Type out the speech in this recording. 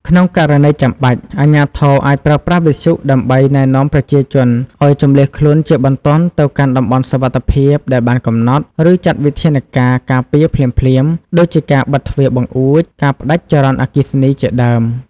ក្នុងករណីចាំបាច់ អាជ្ញាធរអាចប្រើប្រាស់វិទ្យុដើម្បីណែនាំប្រជាជនឱ្យជម្លៀសខ្លួនជាបន្ទាន់ទៅកាន់តំបន់សុវត្ថិភាពដែលបានកំណត់ ឬចាត់វិធានការការពារភ្លាមៗ ដូចជាការបិទទ្វារបង្អួច ការផ្តាច់ចរន្តអគ្គិសនីជាដើម។